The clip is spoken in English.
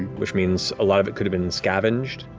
which means a lot of it could've been scavenged.